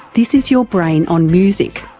this is your brain on music.